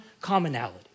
commonality